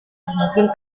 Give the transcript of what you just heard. mungkin